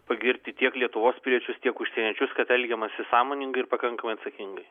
pagirti tiek lietuvos piliečius tiek užsieniečius kad elgiamasi sąmoningai ir pakankamai atsakingai